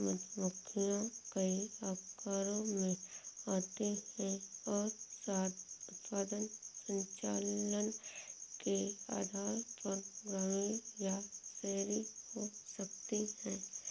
मधुमक्खियां कई आकारों में आती हैं और शहद उत्पादन संचालन के आधार पर ग्रामीण या शहरी हो सकती हैं